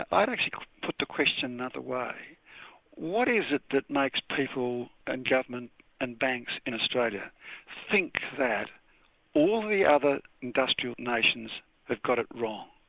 i'd actually put the question another way what is it that makes people and government and banks in australia think that all the other industrial nations have got it wrong?